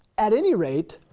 at any rate,